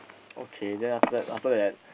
okay then after that after that